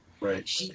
Right